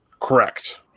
correct